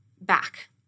back